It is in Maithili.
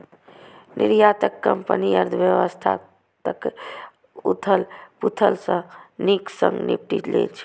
निर्यातक कंपनी अर्थव्यवस्थाक उथल पुथल सं नीक सं निपटि लै छै